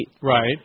Right